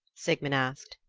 sigmund asked.